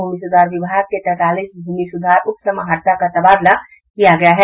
भूमि सुधार विभाग ने तैंतालीस भूमि सुधार उपसमहर्ताडीसीएलआर का तबादला किया गया है